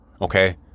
Okay